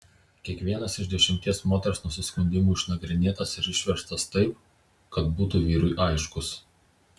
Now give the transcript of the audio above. kiekvienas iš dešimties moters nusiskundimų išnagrinėtas ir išverstas taip kad būtų vyrui aiškus